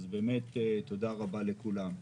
אז באמת תודה רבה לכולם.